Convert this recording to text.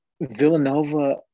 Villanova